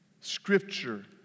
scripture